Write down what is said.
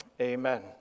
Amen